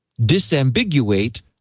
disambiguate